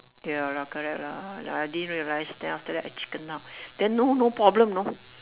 ya lah correct lah like I didn't realise then after that I chicken out then no no problem you know